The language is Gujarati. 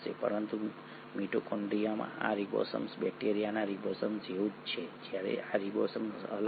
પરંતુ મિટોકોન્ડ્રિયામાં આ રિબોસોમ બેક્ટેરિયાના રિબોસોમ જેવું જ છે જ્યારે આ રિબોસોમ અલગ છે